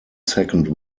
second